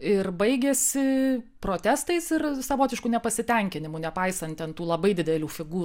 ir baigėsi protestais ir savotišku nepasitenkinimu nepaisant ten tų labai didelių figūrų